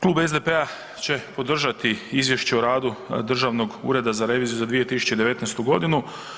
Klub SDP-a će podržati Izvješće o radu Državnog ureda za reviziju za 2019. godinu.